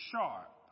sharp